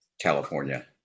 California